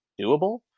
doable